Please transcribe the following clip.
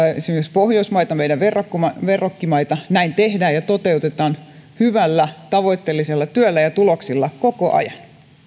pohjoismaita meidän verrokkimaita verrokkimaita näitä tehdään ja toteutetaan hyvällä tavoitteellisella työllä ja tuloksilla koko ajan